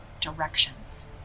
directions